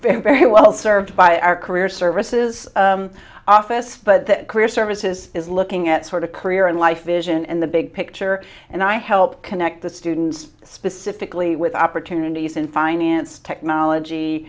very well served by our career services office but career services is looking at sort of career and life vision and the big picture and i helped connect the students specifically with opportunities in finance technology